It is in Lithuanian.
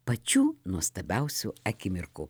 pačių nuostabiausių akimirkų